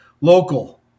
local